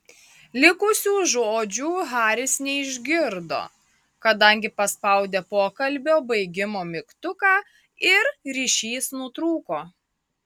likusių žodžių haris neišgirdo kadangi paspaudė pokalbio baigimo mygtuką ir ryšys nutrūko